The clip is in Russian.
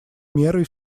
мерой